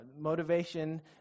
Motivation